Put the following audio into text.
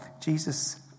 Jesus